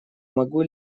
могу